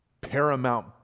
paramount